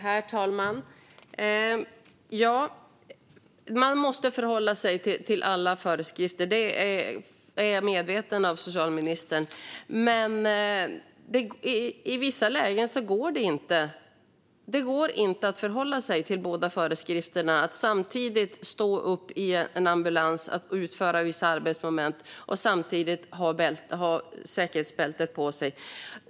Herr talman! Jag är medveten om att man måste förhålla sig till alla föreskrifter, socialministern. Men i vissa lägen går det inte att förhålla sig till båda föreskrifterna. Det går inte att stå upp i en ambulans och utföra vissa arbetsmoment och samtidigt ha säkerhetsbältet på sig.